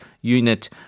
unit